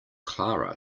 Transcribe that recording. clara